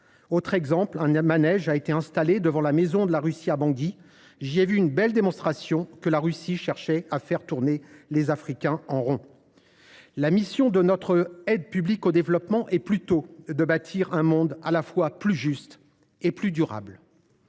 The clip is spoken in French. Autre exemple, un manège a été installé devant la maison de la Russie à Bangui. J’y ai vu une belle illustration du fait que le Kremlin cherche à faire tourner les Africains en rond ! La mission de notre aide publique au développement est plutôt de bâtir un monde à la fois plus juste et plus durable.